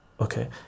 okay